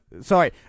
sorry